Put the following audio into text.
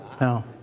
No